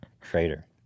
Traitor